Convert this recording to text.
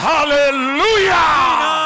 Hallelujah